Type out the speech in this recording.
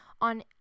on